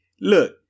look